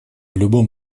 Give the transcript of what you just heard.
любом